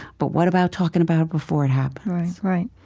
but what about talking about it before it happens? right.